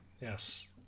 Yes